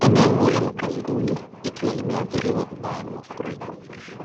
Eneo la makazi duni likiwa limeathiriwa vibaya na mafuriko.